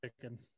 chicken